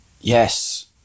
Yes